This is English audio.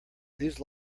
these